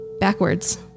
Backwards